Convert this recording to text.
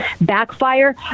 backfire